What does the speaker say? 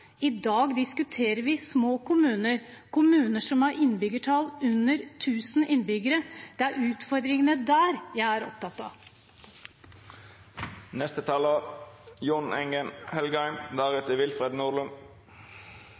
i dag. I dag diskuterer vi små kommuner, kommuner som har innbyggertall under 1 000 innbyggere. Det er utfordringene der jeg er opptatt av.